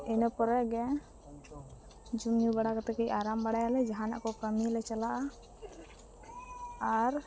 ᱤᱱᱟᱹ ᱯᱚᱨᱮᱜᱮ ᱡᱚᱢᱼᱧᱩ ᱵᱟᱲᱟ ᱠᱟᱛᱮᱫ ᱠᱟᱹᱡ ᱟᱨᱟᱢ ᱵᱟᱲᱟᱭᱟᱞᱮ ᱡᱟᱦᱟᱱᱟᱜ ᱠᱚ ᱠᱟᱹᱢᱤᱞᱮ ᱪᱟᱞᱟᱜᱼᱟ ᱟᱨ